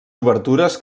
obertures